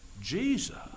Jesus